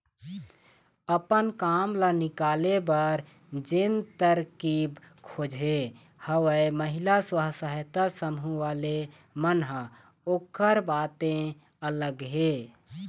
अपन काम ल निकाले बर जेन तरकीब खोजे हवय महिला स्व सहायता समूह वाले मन ह ओखर बाते अलग हे